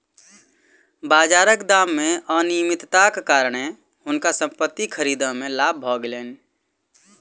बाजारक दाम मे अनियमितताक कारणेँ हुनका संपत्ति खरीद मे लाभ भ गेलैन